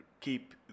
keep